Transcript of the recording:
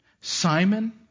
Simon